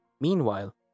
Meanwhile